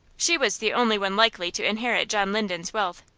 she was the only one likely to inherit john linden's wealth,